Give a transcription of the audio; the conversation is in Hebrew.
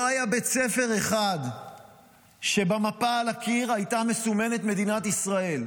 לא היה בית ספר אחד שבמפה על הקיר הייתה מסומנת מדינת ישראל.